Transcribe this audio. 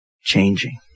changing